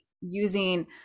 using